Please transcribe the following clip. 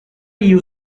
you